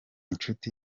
nshuti